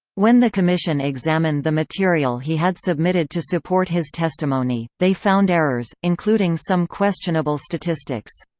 when the commission examined the material he had submitted to support his testimony, they found errors, including some questionable statistics.